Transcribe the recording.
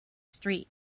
street